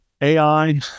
AI